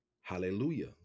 Hallelujah